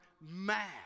mad